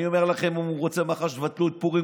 אני אומר לכם שאם הוא רוצה מחר שתבטלו את פורים,